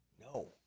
No